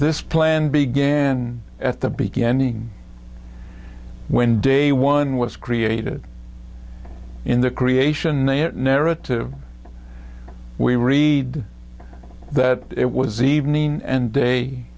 this plan began at the beginning when day one was created in the creation a narrative we read that it was evening and day